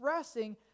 expressing